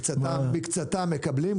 מקצתם מקבלים,